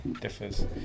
differs